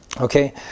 okay